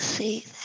See